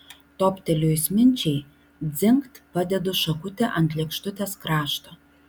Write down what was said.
toptelėjus minčiai dzingt padedu šakutę ant lėkštutės krašto